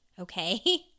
Okay